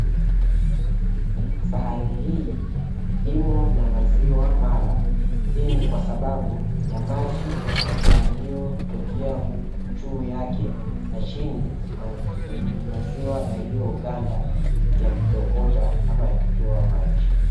Sahani hi imo na maziwa mala, hii ni kwa sababu ya maji yaliyotokea huku ju yake mashini ya maziwa yaliyoganda yakitokota ama yakitoa maji.